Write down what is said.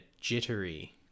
jittery